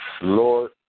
Lord